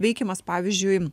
veikiamas pavyzdžiui